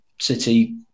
City